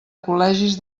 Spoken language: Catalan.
col·legis